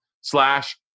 slash